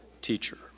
teacher